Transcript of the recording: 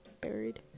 buried